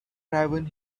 raven